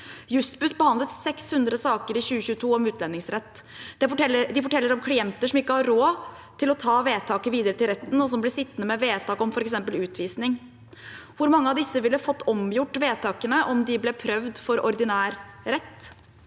Jussbuss behandlet i 2022 600 saker om utlendingsrett. De forteller om klienter som ikke har råd til å ta ved taket videre til retten, og som blir sittende med vedtak om f.eks. utvisning. Hvor mange av disse ville ha fått omgjort vedtakene om de ble prøvd for ordinær rett?